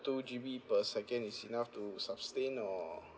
two G_B per second is enough to sustain or